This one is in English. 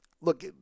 look